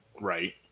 Right